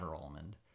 Almond